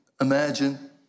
imagine